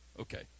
Okay